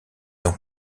ans